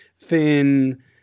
thin